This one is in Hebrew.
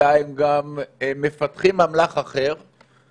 אלא הם גם מפתחים אמל"ח אחר ומשתמשים